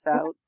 out